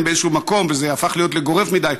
באיזשהו מקום וזה הפך להיות גורף מדי,